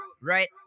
Right